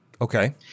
Okay